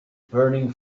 burning